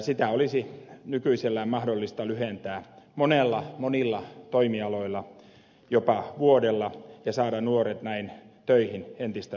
sitä olisi nykyisellään mahdollista lyhentää monilla toimialoilla jopa vuodella ja saada nuoret näin töihin entistä nopeammin